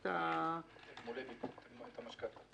המשכנתה.